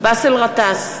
באסל גטאס,